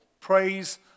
Praise